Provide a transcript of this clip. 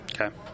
Okay